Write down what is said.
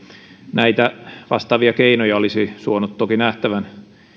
näitä vastaavia keinoja olisi suonut toki nähtävän